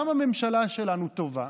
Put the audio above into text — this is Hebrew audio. גם הממשלה שלנו טובה,